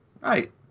Right